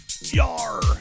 Yar